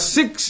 six